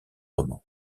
roman